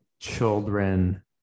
Children